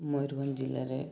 ମୟୂରଭଞ୍ଜ ଜିଲ୍ଲାରେ